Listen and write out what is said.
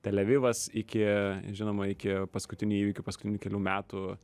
tel avivas iki žinoma iki paskutinių įvykių paskutinių kelių metų